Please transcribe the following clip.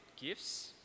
gifts